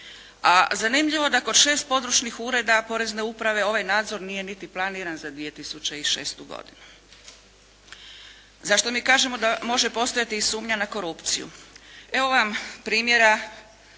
A zanimljivo da kod 6 područnih ureda porezne uprave ovaj nadzor nije niti planiran za 2006. godinu. Zašto mi kažemo da može postojati i sumnja na korupciju? Evo vam primjera